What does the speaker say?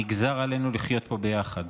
נגזר עלינו לחיות פה ביחד.